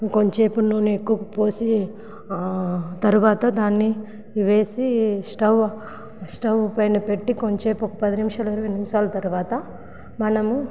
కొంతసేపు నూనె ఎక్కువ పోసి తర్వాత దాన్ని వేసి స్టవ్ స్టవ్ పైన పెట్టి కొంసేపు ఒక పది నిముషాలు ఇరవై నిమిషాల తర్వాత మనము